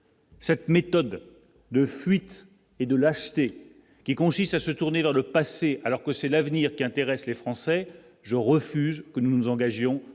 Cette méthode de fuite et de lâcheté qui consiste à se tourner vers le passé, alors que c'est l'avenir qui intéresse les Français, je refuse que nous nous engagions dans cette